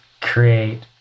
create